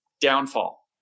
downfall